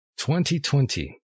2020